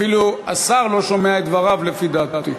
אפילו השר לא שומע את דבריו, לפי דעתי.